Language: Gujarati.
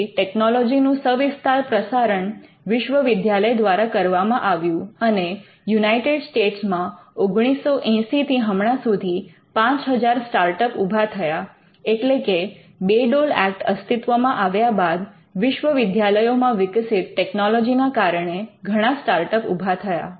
તેથી ટેકનોલોજી નું સવિસ્તાર પ્રસારણ વિશ્વવિદ્યાલય દ્વારા કરવામાં આવ્યું અને યુનાઇટેડ સ્ટેટ્સમાં ૧૯૮૦થી હમણાં સુધી ૫000 સ્ટાર્ટઅપ ઉભા થયા એટલે કે બે ડોલ ઍક્ટ અસ્તિત્વમાં આવ્યા બાદ વિશ્વવિદ્યાલયોમાં વિકસિત ટેકનોલોજીના કારણે ઘણા સ્ટાર્ટઅપ ઊભા થયા